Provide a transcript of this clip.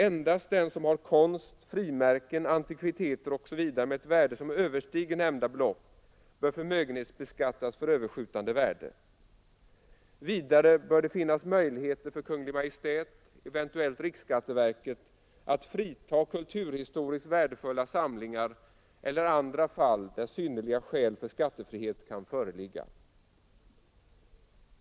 Endast den som har konst, frimärken, antikviteter osv. med ett värde som överstiger nämnda belopp, bör förmögenhetsbeskattas för överskjutande värde. Vidare bör det finnas möjligheter för Kungl. Maj:t, eventuellt riksskatteverket, att fritaga kulturhistoriskt värdefulla samlingar eller andra fall där synnerliga skäl för skattefrihet kan föreligga.